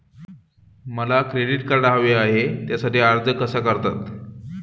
मला credit card हवे आहे त्यासाठी अर्ज कसा करतात?